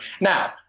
Now